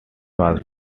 was